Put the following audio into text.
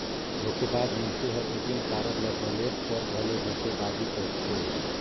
धोखेबाज मइनसे हर ए.टी.एम कारड ल बलेद कर घलो धोखेबाजी करथे